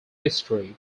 history